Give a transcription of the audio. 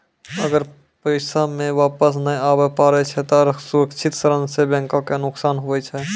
अगर पैसा बैंको मे वापस नै आबे पारै छै ते असुरक्षित ऋण सं बैंको के नुकसान हुवै छै